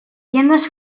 tiendas